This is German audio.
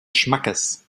schmackes